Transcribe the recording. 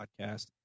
podcast